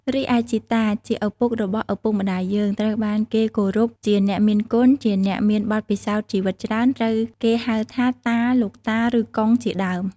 រីឯជីតា ជាឪពុករបស់ឪពុកម្ដាយយើង ត្រូវបានគេគោរពជាអ្នកមានគុណ ជាអ្នកមានបទពិសោធន៍ជីវិតច្រើន ត្រូវគេហៅថា តា លោកតា ឬកុងជាដើម។